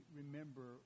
remember